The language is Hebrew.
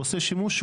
עושה שם שימוש,